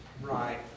right